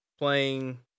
Playing